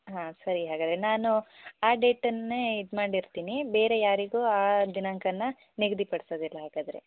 ಹಾಂ ಸರಿ ಹಾಗಾದರೆ ನಾನು ಆ ಡೇಟನ್ನೇ ಇದು ಮಾಡಿರ್ತೀನಿ ಬೇರೆ ಯಾರಿಗೂ ಆ ದಿನಾಂಕನ ನಿಗದಿಪಡಿಸೋದಿಲ್ಲ ಹಾಗಾದರೆ